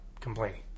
complaining